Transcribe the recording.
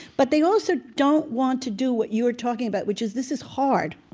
but they also don't want to do what you are talking about, which is this is hard